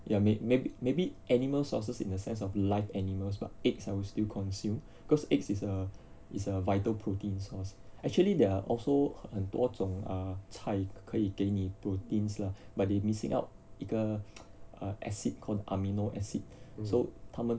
ya maybe maybe animals sources in the sense of live animals but eggs I will still consume cause eggs is a is a vital protein source actually there are also 很多种 err 菜可以给你 proteins lah but they missing out 一个 acid called amino acid so 他们